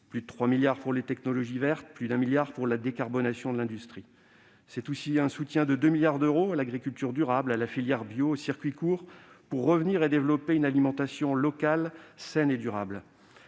plus de 3 milliards d'euros pour les technologies vertes, plus de 1 milliard d'euros pour la décarbonation de l'industrie. C'est aussi un soutien de 2 milliards d'euros à l'agriculture durable, à la filière bio et aux circuits courts pour revenir et développer une alimentation locale, saine et durable.